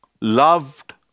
loved